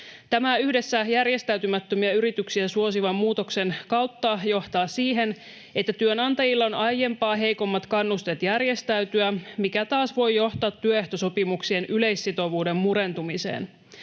Tämä yhdessä järjestäytymättömiä yrityksiä suosivan muutoksen kautta johtaa siihen, että työnantajilla on aiempaa heikommat kannusteet järjestäytyä, mikä taas voi johtaa työehtosopimuksien yleissitovuuden murentumiseen.